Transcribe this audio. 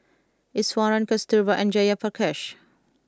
Iswaran Kasturba and Jayaprakash